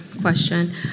question